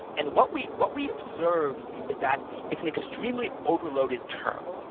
and what we what we observed is that it's an extremely overloaded term.